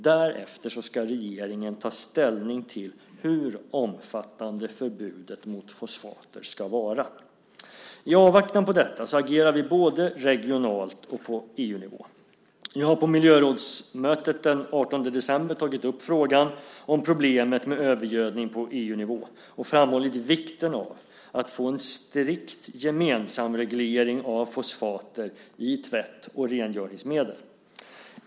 Därefter ska regeringen ta ställning till hur omfattande förbudet mot fosfater ska vara. I avvaktan på detta agerar vi både regionalt och på EU-nivå. Jag har på miljörådsmötet den 18 december tagit upp frågan om problemet med övergödning på EU-nivå och framhållit vikten av att få en strikt gemensamreglering av fosfater i tvätt och rengöringsmedel.